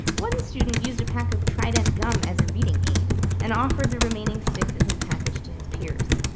one student used a pack of trident gum as a reading aid and offered the remaining sticks in his package to his peers.